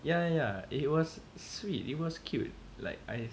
yeah yeah it was sweet it was cute like I